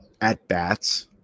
at-bats